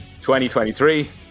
2023